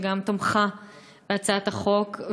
שגם תמכה בהצעת החוק.